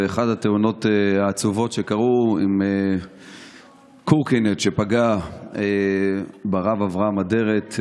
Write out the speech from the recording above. ובאחת התאונות העצובות שקרו קורקינט פגע ברב אברהם אדרת,